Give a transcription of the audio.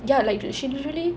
ya like she usually